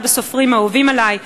אחד הסופרים האהובים עלי.